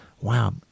Wow